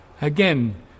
again